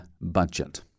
budget